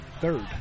third